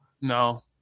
No